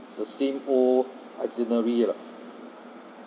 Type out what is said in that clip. the same old itinerary lah